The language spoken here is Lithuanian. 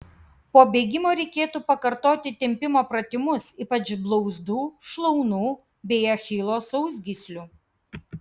po bėgimo reikėtų pakartoti tempimo pratimus ypač blauzdų šlaunų bei achilo sausgyslių